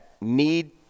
need